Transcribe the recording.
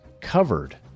covered